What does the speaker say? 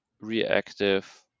reactive